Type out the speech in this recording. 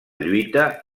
lluita